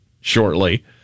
shortly